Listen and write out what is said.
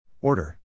Order